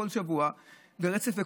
כל שבוע ברצף,